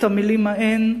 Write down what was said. את המלים ההן,